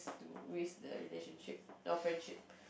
waste the relationship our friendship